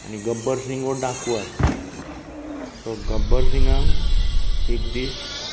आनी गब्बर सिंग हो डाकू आसता सो गब्बर सिंगान एक दीस